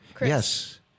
Yes